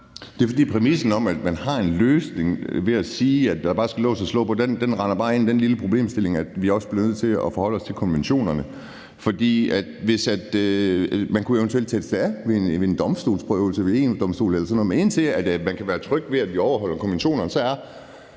Det er, fordi præmissen om, at man har en løsning ved at sige, at der bare skal lås og slå på, render ind i den lille problemstilling, at vi også bliver nødt til at forholde os til konventionerne. Man kunne jo eventuelt teste det ved en domstolsprøvelse, ved EU-Domstolen eller sådan noget. Men indtil man kan være tryg ved, at vi overholder konventionerne, er